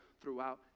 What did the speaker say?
throughout